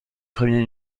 premier